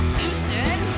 Houston